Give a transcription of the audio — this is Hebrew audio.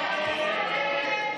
סיעת הליכוד,